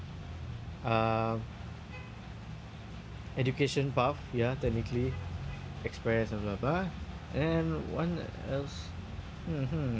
uh education path ya technically express blah blah blah and what else hmm hmm